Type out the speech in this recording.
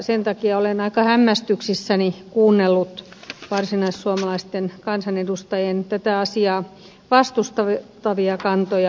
sen takia olen aika hämmästyksissäni kuunnellut varsinaissuomalaisten kansanedustajien tätä asiaa vastustavia kantoja